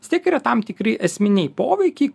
vis tiek yra tam tikri esminiai poveikį